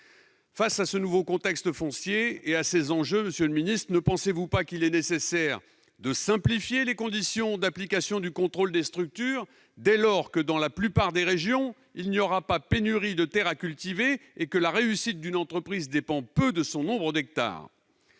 de ce nouveau contexte foncier et de ces enjeux, ne croyez-vous pas nécessaire, monsieur le ministre, de simplifier les conditions d'application du contrôle des structures, dès lors que, dans la plupart des régions, il n'y aura pas pénurie de terres à cultiver et que la réussite d'une entreprise agricole dépend peu de son nombre d'hectares ?